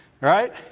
Right